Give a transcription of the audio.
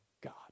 God